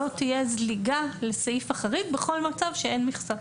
תהיה זליגה לסעיף החריג בכל מצב שאין מכסה?